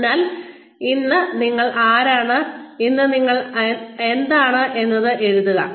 അതിനാൽ ഇന്ന് നിങ്ങൾ ആരാണ് ഇന്ന് നിങ്ങൾ എന്താണ് എന്നത് എഴുതുക